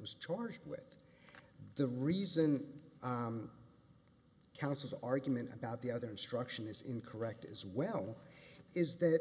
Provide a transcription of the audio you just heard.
was charged with the reason counsel's argument about the other instruction is incorrect as well is that